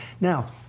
Now